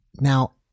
now